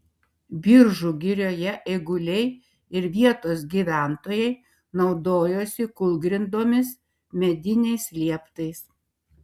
biržų girioje eiguliai ir vietos gyventojai naudojosi kūlgrindomis mediniais lieptais